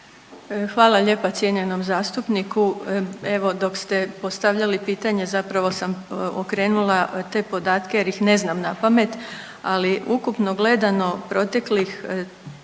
Hvala lijepa cijenjenom zastupniku. Evo dok ste postavljali pitanje zapravo sam okrenula te podatke jer ih ne znam napamet, ali ukupno gledano proteklih,